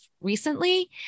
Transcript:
recently